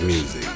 Music